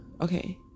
Okay